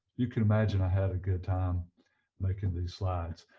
you can imagine i had a good time making these slides